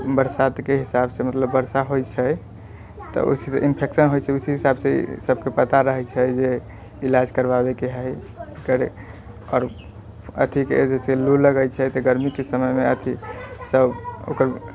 बरसातके हिसाब सँ मतलब वर्षा होइ छै तऽ इन्फेक्शन होइ छै उस हिसाब सँ सबके पता रहै छै जे इलाज करबाबैके हैय आओर अथी के जे छै लू लगै छै तऽ गर्मीके समयमे अथी सब ओकर